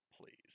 please